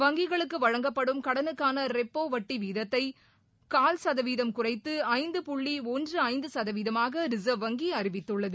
வங்கிகளுக்கு வழங்கப்படும் கடனுக்கான ரெப்ரோ வட்டி வீதத்தை கால் கதவீதம் குறைத்து ஐந்து புள்ளி ஒன்று ஐந்து சதவீதமாக ரிசா்வ் வங்கி அறிவித்துள்ளது